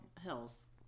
hills